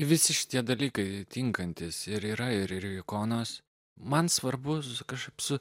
visi šitie dalykai tinkantis ir yra ir ikonos man svarbus kažkaip su